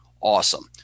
Awesome